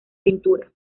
pintura